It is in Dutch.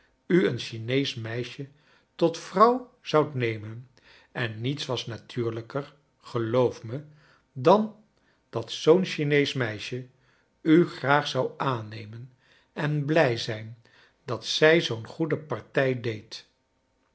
u een chineesch meisje tot vrouw zoudt nemen en niets was natuurlijker geloof me dan dat zoo'm chineesch meisje u graag zou aannemen en blij zijn dat zij zoom goede partij deed